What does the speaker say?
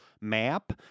map